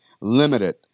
limited